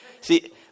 See